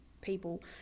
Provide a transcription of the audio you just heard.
people